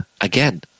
again